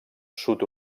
sud